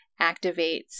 activates